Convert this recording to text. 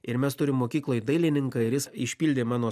ir mes turim mokykloj dailininką ir jis išpildė mano